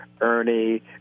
Ernie